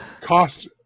Cost